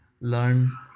learn